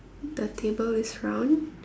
the table is round